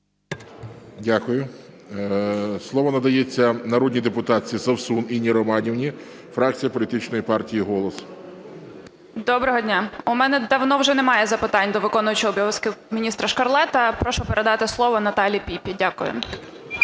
Дякую. Слово надається народній депутатці Совсун Інні Романівні, фракція політичної партії "Голос". 10:49:43 СОВСУН І.Р. Доброго дня! У мене давно вже немає запитань до виконуючого обов'язки міністра Шкарлета. Прошу передати слово Наталії Піпі. Дякую.